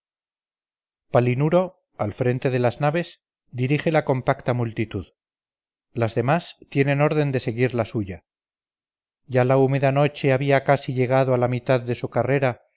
armada palinuro al frente de las naves dirige la compacta multitud las demás tienen orden de seguir la suya ya la húmeda noche había casi llegado a la mitad de su carrera